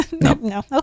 No